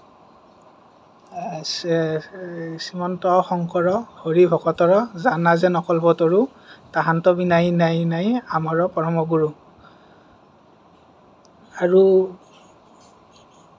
শ্ৰীমন্ত মন্ত শংকৰ হৰি ভকতৰ জানাযেন কল্পতৰো তাহান্ত বিনায়ী নাই নাই নাই আমাৰ পৰম গুৰু আৰু